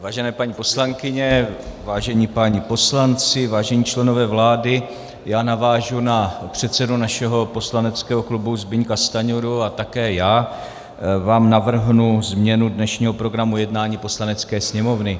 Vážené paní poslankyně, vážení páni poslanci, vážení členové vlády, já navážu na předsedu našeho poslaneckého klubu Zbyňka Stanjuru a také já vám navrhnu změnu dnešního programu jednání Poslanecké sněmovny.